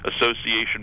association